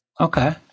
Okay